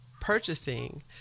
purchasing